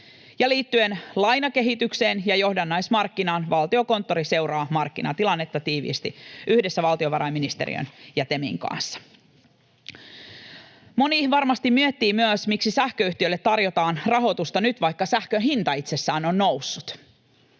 liittyen lainakehitykseen ja johdannaismarkkinaan Valtiokonttori seuraa markkinatilannetta tiiviisti yhdessä valtiovarainministeriön ja TEMin kanssa. Moni varmasti miettii myös, miksi sähköyhtiöille tarjotaan rahoitusta nyt, vaikka sähkön hinta itsessään on noussut.